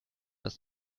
das